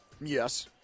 Yes